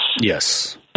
Yes